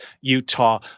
Utah